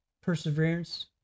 perseverance